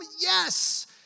Yes